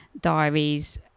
diaries